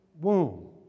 womb